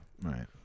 right